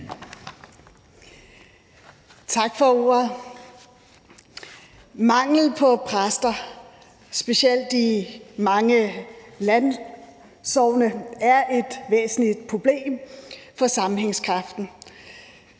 Tak for ordet. Mangel på præster, specielt i mange landsogne, er et væsentligt problem for sammenhængskraften.